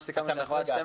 משעמם לא יהיה.